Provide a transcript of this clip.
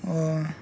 oh